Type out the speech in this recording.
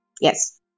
yes